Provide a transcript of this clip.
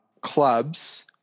clubs